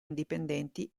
indipendenti